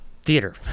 theater